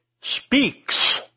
speaks